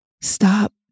Stop